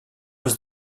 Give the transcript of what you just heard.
was